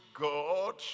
god